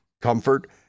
comfort